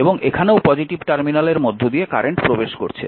এবং এখানেও পজিটিভ টার্মিনালের মধ্য দিয়ে কারেন্ট প্রবেশ করছে